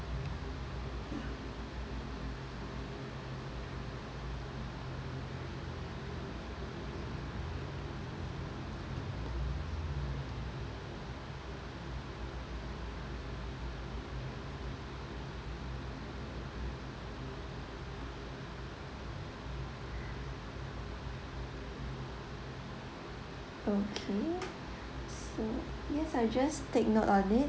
okay so yes I'll just take note on it